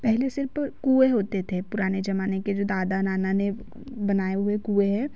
पहले सिर्फ कुएँ होते थे पुराने जमाने के जो दादा नाना ने बनाए हुए कुएँ हैं